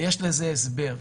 ויש לזה הסבר.